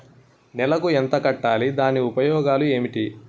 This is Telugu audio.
నెలకు ఎంత కట్టాలి? దాని ఉపయోగాలు ఏమిటి?